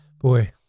Boy